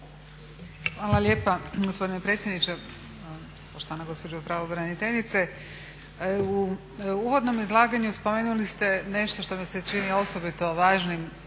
Hvala lijepa gospodine predsjedniče, poštovana gospođo pravobraniteljice u uvodnom izlaganju spomenuli ste nešto što mi se čini osobito važnim